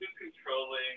controlling